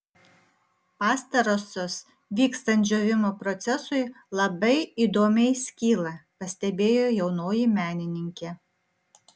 pastarosios vykstant džiūvimo procesui labai įdomiai skyla pastebėjo jaunoji menininkė